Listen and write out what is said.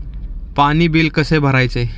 पाणी बिल कसे भरायचे?